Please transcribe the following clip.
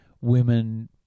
women